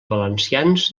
valencians